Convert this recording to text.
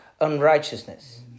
unrighteousness